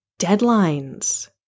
deadlines